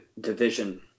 division